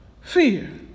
fear